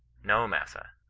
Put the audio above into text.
no, massa,